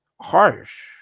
harsh